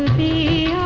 me